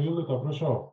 jolita žino ką prašau